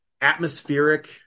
atmospheric